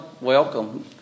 welcome